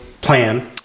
plan